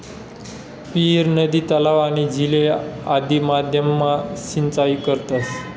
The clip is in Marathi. विहीर, नदी, तलाव, आणि झीले आदि माध्यम मा सिंचाई करतस